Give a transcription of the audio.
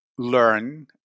learn